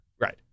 Right